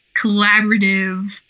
collaborative